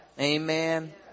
Amen